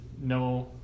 no